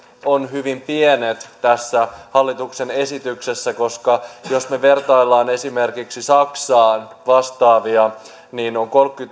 ovat hyvin pienet tässä hallituksen esityksessä koska jos me vertailemme esimerkiksi saksan vastaavia niin on